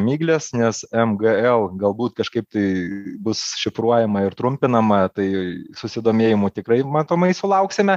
miglės nes mgl galbūt kažkaip tai bus šifruojama ir trumpinama tai susidomėjimų tikrai matomai sulauksime